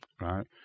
right